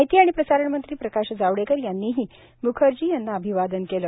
माहिती आणि प्रसारणमंत्री प्रकाश जावडेकर यांनीही म्खर्जी यांना अभिवादन केलं